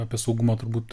apie saugumą turbūt